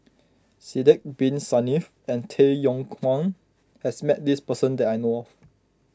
Sidek Bin Saniff and Tay Yong Kwang has met this person that I know of